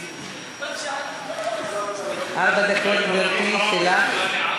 ארבע דקות, גברתי, שלך.